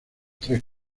tres